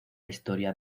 historia